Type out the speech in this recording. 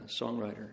songwriter